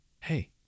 Hey